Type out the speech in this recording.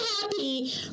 happy